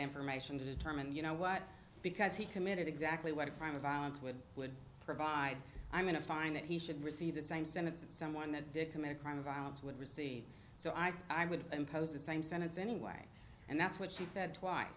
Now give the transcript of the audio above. information to determine you know what because he committed exactly what a crime of violence with would provide i'm going to find that he should receive the same sentence that someone that did commit a crime of violence would recede so i think i would impose the same sentence anyway and that's what she said twice